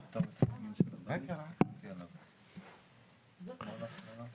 למסד את התהליך הזה בצורה מסודרת.